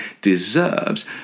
deserves